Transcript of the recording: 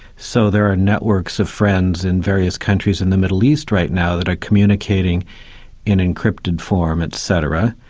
so there are networks of friends in various countries in the middle east right now that are communicating in encrypted form etc,